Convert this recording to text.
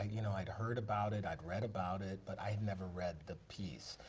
you know, i'd heard about it. i'd read about it, but i'd never read the piece.